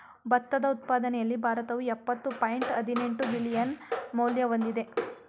ಭತ್ತದ ಉತ್ಪಾದನೆಯಲ್ಲಿ ಭಾರತವು ಯಪ್ಪತ್ತು ಪಾಯಿಂಟ್ ಹದಿನೆಂಟು ಬಿಲಿಯನ್ ಮೌಲ್ಯ ಹೊಂದಿದೆ